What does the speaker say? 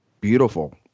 beautiful